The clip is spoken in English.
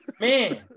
Man